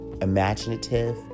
imaginative